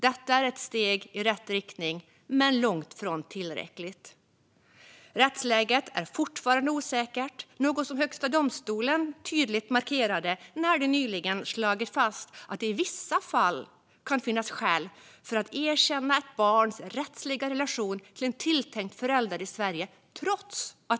Detta är ett steg i rätt riktning men långt ifrån tillräckligt. Rättsläget är fortfarande osäkert, något som Högsta domstolen tydligt markerade när de nyligen slog fast att det i vissa fall, trots att det inte finns lagstöd för det, kan finnas skäl att erkänna ett barns rättsliga relation till en tilltänkt förälder i Sverige.